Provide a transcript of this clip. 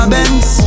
Benz